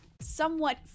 somewhat